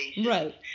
Right